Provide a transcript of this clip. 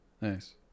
Nice